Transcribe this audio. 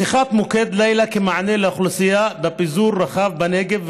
פתיחת מוקד לילה כמענה לאוכלוסייה בפיזור רחב בנגב,